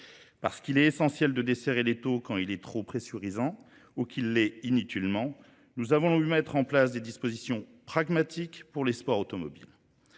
Parce qu'il est essentiel de desserrer l'étau quand il est trop pressurisant ou qu'il l'est inutilement, nous avons eu à mettre en place des dispositions pragmatiques pour les sports automobiles.